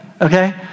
okay